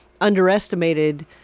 underestimated